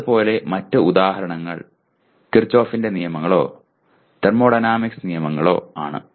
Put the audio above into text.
അതുപോലെ മറ്റ് ഉദാഹരണങ്ങൾ കിർചോഫിന്റെ നിയമങ്ങളോ Kirchoff's laws തെർമോഡൈനാമിക്സ് നിയമങ്ങളോ ആണ്